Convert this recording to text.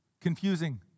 Confusing